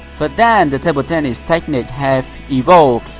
but then the table tennis techniques have evolved.